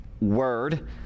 word